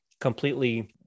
completely